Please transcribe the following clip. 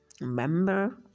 remember